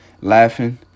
laughing